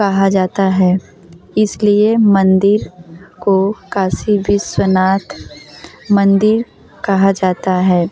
कहा जाता है इसलिए मंदिर को काशी विश्वनाथ मंदिर कहा जाता है